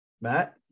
Matt